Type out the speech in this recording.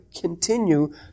continue